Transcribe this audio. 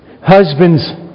Husbands